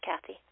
Kathy